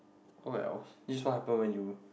oh well this is what happen when you